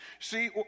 See